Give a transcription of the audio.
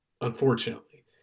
unfortunately